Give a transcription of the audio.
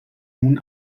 nun